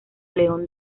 león